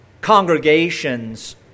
congregations